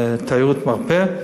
תיירות מרפא,